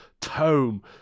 tome